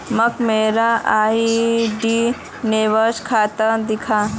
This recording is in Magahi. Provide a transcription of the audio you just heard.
मोक मोर आर.डी निवेश खाता दखा